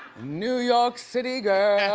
new york city girl